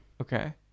Okay